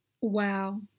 wow